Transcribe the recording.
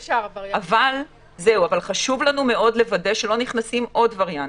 אבל חשוב לנו מאוד לוודא שלא נכנסים עוד וריאנטים.